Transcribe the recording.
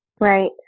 Right